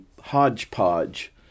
hodgepodge